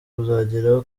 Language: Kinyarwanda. kuzageraho